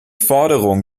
forderung